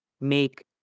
make